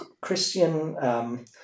Christian